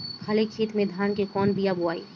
खाले खेत में धान के कौन बीया बोआई?